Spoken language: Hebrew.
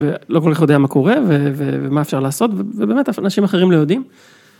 ולא כל אחד יודע מה קורה ומה אפשר לעשות ובאמת אנשים אחרים לא יודעים.